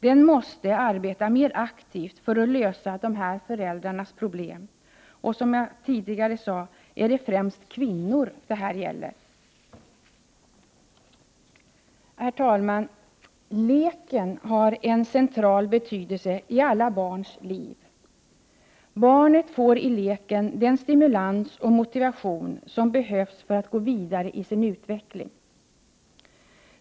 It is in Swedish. Den måste arbeta mer aktivt för att lösa dessa föräldrars problem, och — som jag tidigare sade — det rör sig främst om kvinnor. Herr talman! Leken har en central betydelse i alla barns liv. Barnet får i leken den stimulans och motivation som behövs för att gå vidare i sin utveckling.